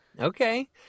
Okay